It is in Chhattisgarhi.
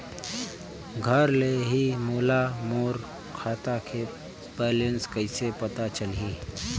घर ले ही मोला मोर खाता के बैलेंस कइसे पता चलही?